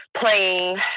playing